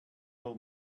old